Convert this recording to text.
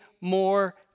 more